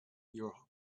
your